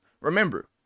Remember